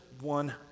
one